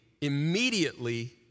immediately